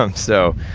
um so,